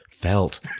felt